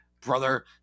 brother